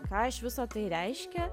ką iš viso tai reiškia